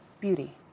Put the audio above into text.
beauty